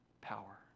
power